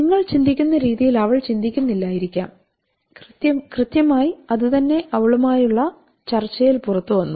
നിങ്ങൾ ചിന്തിക്കുന്ന രീതിയിൽ അവൾ ചിന്തിക്കുന്നില്ലായിരിക്കാം കൃത്യമായി അതു തന്നെ അവളുമായുള്ള ചർച്ചയിൽ പുറത്തുവന്നു